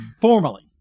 Formally